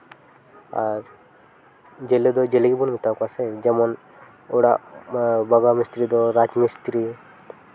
ᱟᱨ ᱡᱮᱞᱮ ᱫᱚ ᱡᱮᱞᱮ ᱜᱮᱵᱚᱱ ᱢᱮᱛᱟ ᱠᱚᱣᱟ ᱥᱮ ᱡᱮᱢᱚᱱ ᱚᱲᱟᱜ ᱢᱟ ᱵᱟᱜᱟᱣ ᱢᱤᱥᱛᱤᱨᱤ ᱫᱚ ᱨᱟᱡᱽ ᱢᱤᱥᱛᱤᱨᱤ